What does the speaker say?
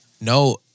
No